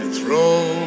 throw